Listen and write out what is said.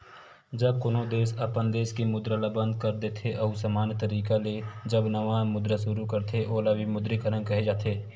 जब कोनो देस अपन देस के मुद्रा ल बंद कर देथे अउ समान्य तरिका ले जब नवा मुद्रा सुरू करथे ओला विमुद्रीकरन केहे जाथे